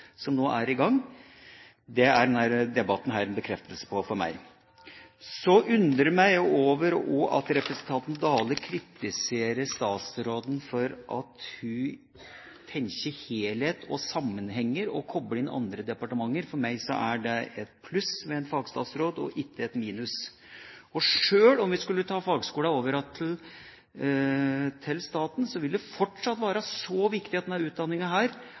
som nå er i gang. Det er denne debatten en bekreftelse på for meg. Så undrer jeg meg også over at representanten Dale kritiserer statsråden for at hun tenker helhet og sammenhenger og kobler inn andre departementer. For meg er det et pluss ved en fagstatsråd og ikke et minus. Sjøl om vi skulle ta fagskolene over til staten igjen, vil det fortsatt være viktig at